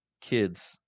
kids